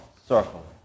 circle